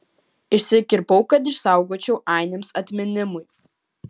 išsikirpau kad išsaugočiau ainiams atminimui